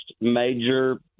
major